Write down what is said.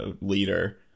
leader